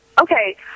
okay